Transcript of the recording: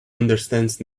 understands